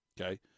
Okay